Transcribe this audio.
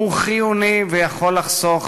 הוא חיוני ויכול לחסוך